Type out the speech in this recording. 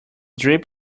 drip